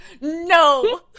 no